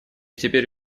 теперь